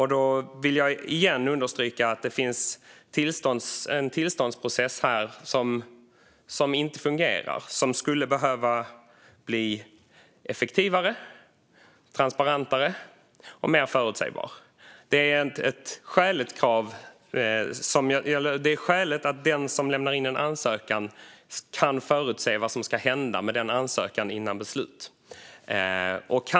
Jag vill återigen understryka att det finns en tillståndsprocess här som inte fungerar och som skulle behöva bli effektivare, mer transparent och mer förutsägbar. Det är skäligt att den som lämnar in en ansökan kan förutse vad som ska hända med den ansökan innan beslut fattas.